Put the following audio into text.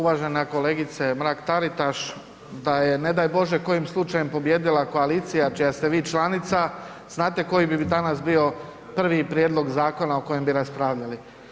Uvažena kolegice Mrak-Taritaš, da je ne daj Bože, kojim slučajem pobijedila koalicija čija ste vi članica, znate koji bi danas bio prvi prijedlog zakona o kojem bi raspravljali?